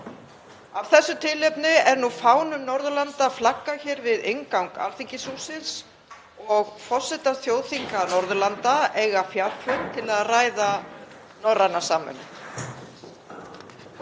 Af þessu tilefni er nú fánum Norðurlandanna flaggað hér við inngang Alþingishússins og forsetar þjóðþinga Norðurlanda eiga fjarfund til að ræða norræna samvinnu.